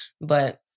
But-